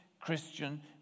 Christian